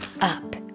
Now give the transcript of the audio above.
up